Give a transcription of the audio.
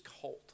cult